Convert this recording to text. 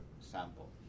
sample